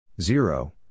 Zero